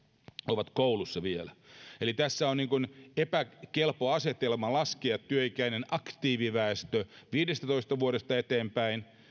ovat koulussa vielä eli tässä on niin kuin epäkelpo asetelma laskea työikäinen aktiiviväestö viidestätoista vuodesta eteenpäin